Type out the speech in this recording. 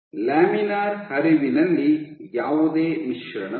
laminar ಹರಿವಿನಲ್ಲಿ ಯಾವುದೇ ಮಿಶ್ರಣವಿಲ್ಲ